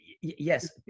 yes